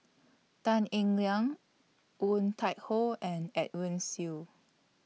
Tan Eng Liang Woon Tai Ho and Edwin Siew